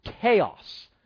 chaos